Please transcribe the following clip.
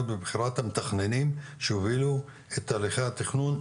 בבחירת המתכננים שיובילו את תהליכי התכנון.